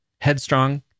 Headstrong